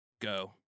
go